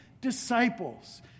disciples